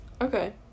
Okay